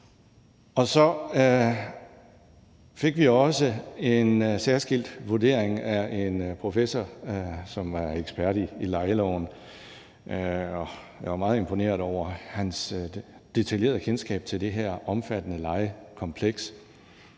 Så fik vi jo også en særskilt vurdering af en professor, som var ekspert i lejeloven, og jeg var meget imponeret over hans detaljerede kendskab til det her omfattende lovkompleks.